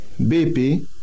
BP